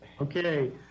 Okay